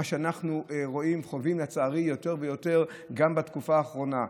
מה שאנחנו רואים וחווים לצערי יותר ויותר גם בתקופה האחרונה.